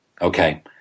Okay